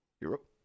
Europe